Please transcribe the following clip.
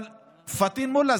אבל פטין מולא,